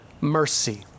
mercy